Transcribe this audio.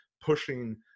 pushing